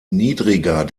niedriger